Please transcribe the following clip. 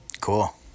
Cool